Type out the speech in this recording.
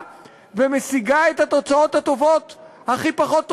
ומשיגה את התוצאות הכי פחות טובות.